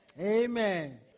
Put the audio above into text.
Amen